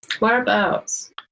whereabouts